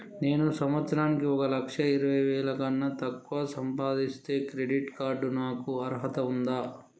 నేను సంవత్సరానికి ఒక లక్ష ఇరవై వేల కన్నా తక్కువ సంపాదిస్తే క్రెడిట్ కార్డ్ కు నాకు అర్హత ఉందా?